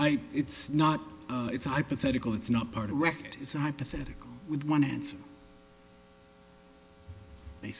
i it's not it's a hypothetical it's not part of wrecked it's a hypothetical with one hand they